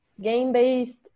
game-based